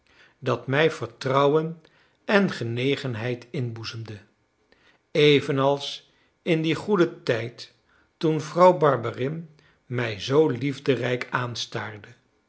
dat mij vertrouwen en genegenheid inboezemde evenals in dien goeden tijd toen vrouw barberin mij zoo liefderijk aanstaarde